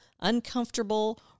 uncomfortable